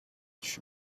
she